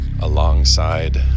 alongside